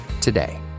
today